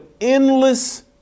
endless